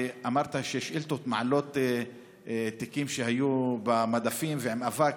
ואמרת ששאילתות מעלות תיקים שהיו במדפים עם אבק.